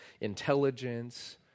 intelligence